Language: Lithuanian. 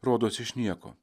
rodos iš nieko